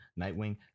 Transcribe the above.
nightwing